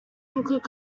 include